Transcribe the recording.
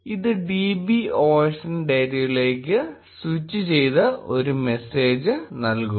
ഇത് db osndata ലേക്ക് switch ചെയ്ത് ഒരു മെസ്സേജ് നൽകും